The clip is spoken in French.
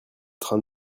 train